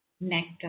nectar